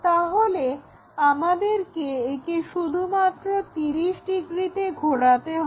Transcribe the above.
তাহলে আমাদেরকে একে শুধুমাত্র 30° ঘোরাতে হবে